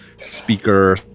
speaker